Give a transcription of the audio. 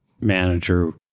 manager